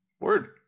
word